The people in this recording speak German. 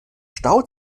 stau